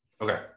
Okay